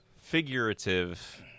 Figurative